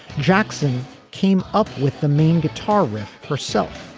jackson came up with the main guitar riff herself.